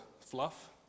fluff